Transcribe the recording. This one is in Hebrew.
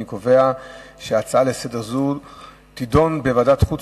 אני קובע שהצעה זו לסדר-היום תידון בוועדת החוץ